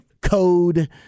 code